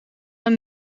aan